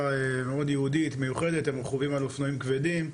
מאוד ייעודית מיוחדת הם רכובים על אופנועים כבדים,